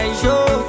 show